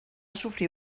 sofrir